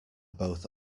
both